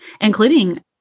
including